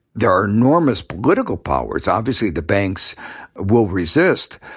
there are enormous political powers obviously the banks will resist.